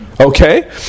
Okay